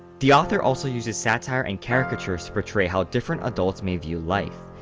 the author also uses satire and caricatures to portray how different adults may view life.